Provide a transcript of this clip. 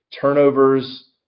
Turnovers